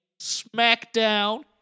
SmackDown